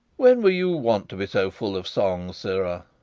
when were you wont to be so full of songs, sirrah?